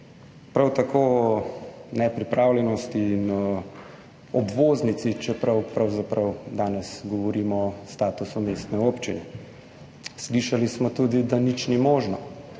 prav tako o nepripravljenosti in o obvoznici, čeprav pravzaprav danes govorimo o statusu mestne občine. Slišali smo tudi, da nič ni možno.